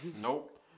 Nope